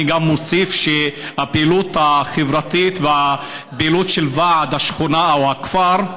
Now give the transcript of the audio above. אני גם מוסיף שהפעילות החברתית והפעילות של ועד השכונה או הכפר,